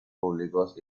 públicos